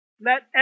Let